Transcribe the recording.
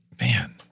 Man